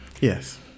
Yes